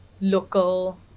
local